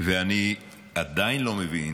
ואני עדיין לא מבין